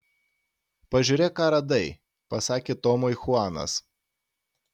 pažiūrėk ką radai pasakė tomui chuanas